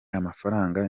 amafaranga